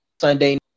Sunday